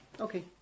Okay